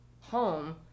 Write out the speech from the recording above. home